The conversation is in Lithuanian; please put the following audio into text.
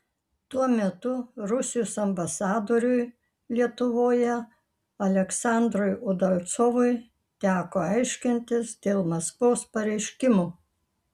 tuo metu rusijos ambasadoriui lietuvoje aleksandrui udalcovui teko aiškintis dėl maskvos pareiškimų